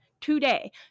today